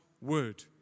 word